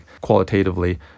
qualitatively